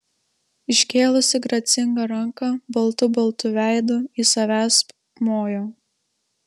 iškėlusi gracingą ranką baltu baltu veidu ji savęsp mojo